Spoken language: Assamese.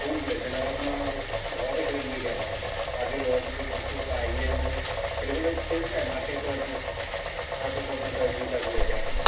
হোম প্লে যেনে ধৰক আপোনাৰ ঘৰতে খেলিবলগীয়া হয় আজিকালি ল'ৰা ছোৱালী স্কুলৰপৰা আহিয়ে মানে খেলিবলৈ স্পেচ নাই মাকে কয় কৰাৰ পিছত তই শুই থাক বোলে এতিয়া